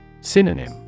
Synonym